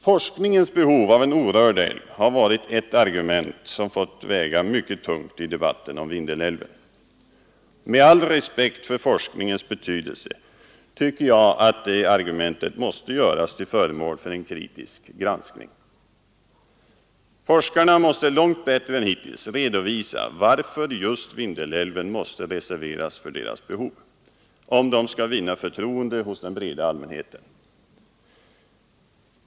Forskningens behov av en orörd älv har varit ett argument som fått väga mycket tungt i debatten om Vindelälven. Med all respekt för forskningens betydelse tycker jag att det argumentet måste göras till föremål för en kritisk granskning. Forskarna måste långt bättre än hittills redovisa varför just Vindelälven måste reserveras för deras behov, om de skall vinna förtroende hos den breda allmänheten.